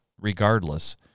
regardless